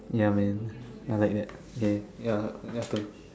ya man I like that okay ya just a bit